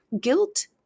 guilt